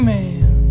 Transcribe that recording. Man